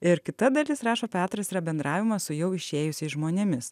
ir kita dalis rašo petras yra bendravimas su jau išėjusiais žmonėmis